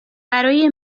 برای